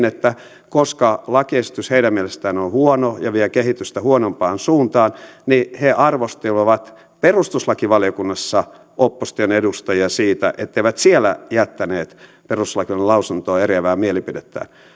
että koska lakiesitys heidän mielestään on on huono ja vie kehitystä huonompaan suuntaan niin he arvostelivat perustuslakivaliokunnassa opposition edustajia siitä etteivät siellä jättäneet perustuslakivaliokunnan lausuntoon eriävää mielipidettään